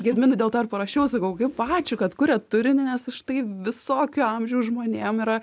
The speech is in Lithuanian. gediminui dėl to ir parašiau sakau kaip ačiū kad kuriat turinį nes štai visokio amžiaus žmonėm yra